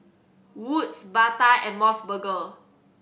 Wood's Bata and Mos Burger